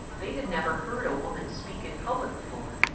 they had never heard a woman speak in public before.